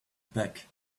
pack